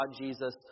Jesus